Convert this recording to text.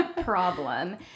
problem